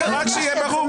רק שיהיה ברור.